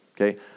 okay